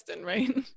right